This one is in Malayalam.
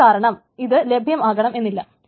അത് കാരണം ഇത് ലഭ്യമാകണമെന്നില്ല